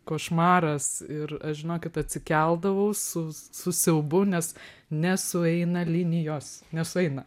košmaras ir aš žinokit atsikeldavau su su siaubu nes nesueina linijos nesueina